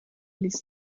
ließ